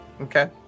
Okay